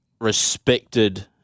respected